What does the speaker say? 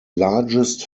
largest